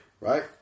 right